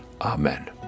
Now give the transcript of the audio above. Amen